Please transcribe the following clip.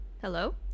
Hello